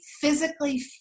physically